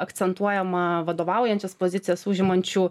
akcentuojama vadovaujančias pozicijas užimančių